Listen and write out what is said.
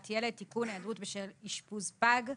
ילד) (תיקון היעדרות בשל אשפוז פג).